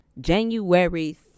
January